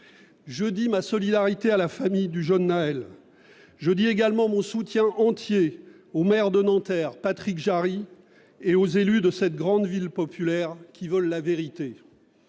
Je dis ma solidarité à la famille du jeune Nahel. Je dis également mon soutien entier au maire de Nanterre, Patrick Jarry, et aux élus de cette grande ville populaire, qui veulent la vérité.